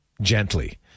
gently